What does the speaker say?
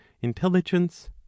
intelligence